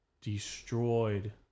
destroyed